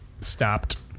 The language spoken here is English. stopped